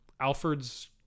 Alfred's